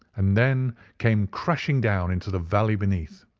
and then came crashing down into the valley beneath.